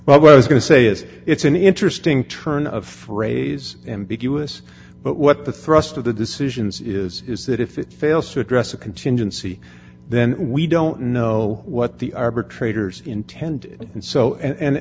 but i was going to say is it's an interesting turn of phrase ambiguous but what the thrust of the decisions is is that if it fails to address a contingency then we don't know what the arbitrator's intend and so and